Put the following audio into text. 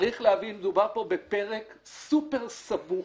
צריך להבין, מדובר פה בפרק סופר סבוך,